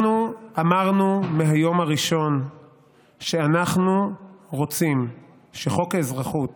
אנחנו אמרנו מהיום הראשון שאנחנו רוצים שחוק האזרחות,